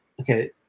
okay